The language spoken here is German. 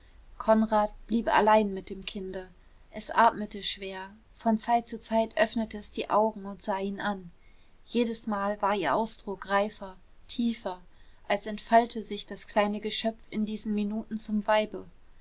konrad blieb allein mit dem kinde es atmete schwer von zeit zu zeit öffnete es die augen und sah ihn an jedesmal war ihr ausdruck reifer tiefer als entfalte sich das kleine geschöpf in diesen minuten zum weibe